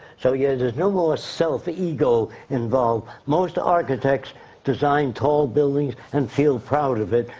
so yeah there's no more ah self ego involved. most architects design tall buildings and feel proud of it.